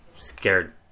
scared